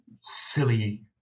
silly